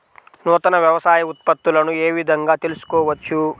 నూతన వ్యవసాయ ఉత్పత్తులను ఏ విధంగా తెలుసుకోవచ్చు?